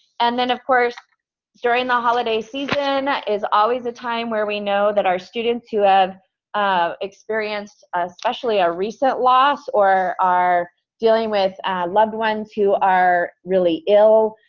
and then of course during the holiday season is always a time where we know that our students who have ah experienced especially a recent loss or are dealing with loved ones who are really ill,